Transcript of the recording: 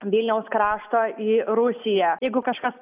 vilniaus krašto į rusiją jeigu kažkas